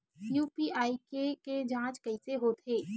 UPI के के जांच कइसे होथे?